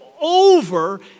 over